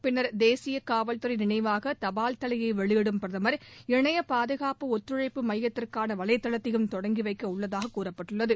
பின்னர் தேசிய காவல் துறை நினைவாக தபால் தலையை வெளியிடும் பிரதமர் இணைய பாதுகாப்பு ஒத்துழைப்பு மையத்திற்கான வலைதளத்தையும் தொடங்கி வைக்க உள்ளதாக கூறப்பட்டுள்ளது